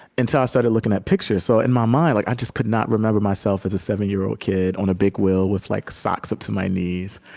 and i started looking at pictures. so in my mind, like i just could not remember myself as a seven-year-old kid on a big wheel, with like socks up to my knees,